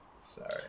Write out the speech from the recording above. Sorry